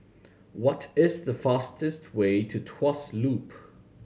what is the fastest way to Tuas Loop